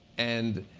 and